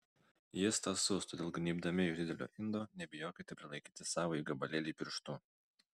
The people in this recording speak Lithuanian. jis tąsus todėl gnybdami iš didelio indo nebijokite prilaikyti savąjį gabalėlį pirštu